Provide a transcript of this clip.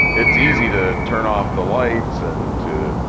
it's easy to turn off the lights and to